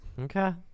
Okay